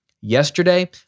Yesterday